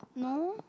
no